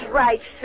right